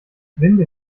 winde